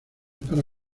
para